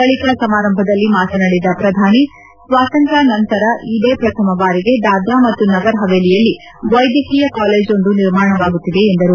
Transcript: ಬಳಿಕ ಸಮಾರಂಭದಲ್ಲಿ ಮಾತನಾಡಿದ ಪ್ರಧಾನಿ ಸ್ವಾತಂತ್ರ್ಯಾ ನಂತರ ಇದೇ ಪ್ರಥಮ ಬಾರಿಗೆ ದಾದ್ರಾ ಮತ್ತು ನಗರ್ ಹವೇಲಿಯಲ್ಲಿ ವೈದ್ಯಕೀಯ ಕಾಲೇಜೊಂದು ನಿರ್ಮಾಣವಾಗುತ್ತಿದೆ ಎಂದರು